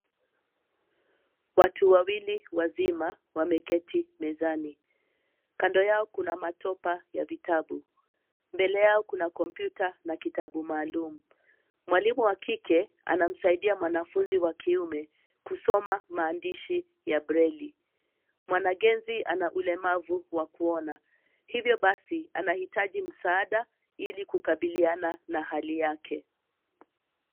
Watu wawili wazima wameketi mezani. Kando yao kuna matopa ya vitabu. Mbele yao kuna kompyuta na kitabu maalum. Mwalimu wa kike anamsaidia mwanafunzi wa kiume kusoma maandishi ya breli. Mwanagenzi ana ulemavu wa kuona, hivyo basi anahitaji msaada ili kukabiliana na hali yake.